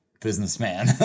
businessman